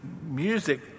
music